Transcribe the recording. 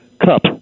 cup